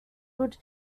could